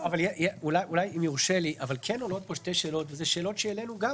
עולות פה שתי שאלות, שהעלינו גם